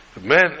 man